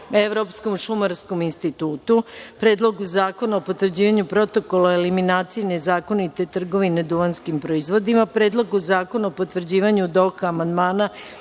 Evropskom šumarskom institutu, Predlogu zakona o potvrđivanju Protokola eliminaciji nezakonite trgovine duvanskim proizvodima, Predlogu zakona o potvrđivanju Doha amandmana